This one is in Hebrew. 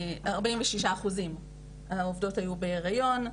כ-46% מהעובדות היו בהיריון,